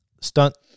stunt